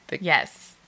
Yes